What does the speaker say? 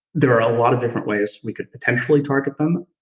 there are a lot of different ways we could potentially target them.